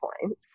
points